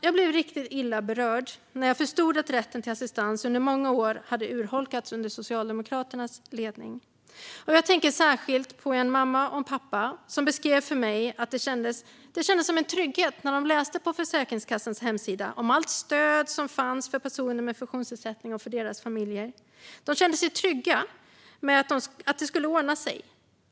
Jag blev riktigt illa berörd när jag förstod att rätten till assistans under många år hade urholkats under Socialdemokraternas ledning. Jag tänker särskilt på en mamma och en pappa som beskrev för mig att de kände en trygghet när de läste på Försäkringskassans hemsida om allt stöd som fanns för personer med funktionsnedsättning och för deras familjer. De kände sig trygga med att allt skulle ordna sig.